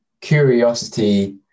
curiosity